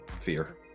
fear